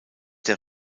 der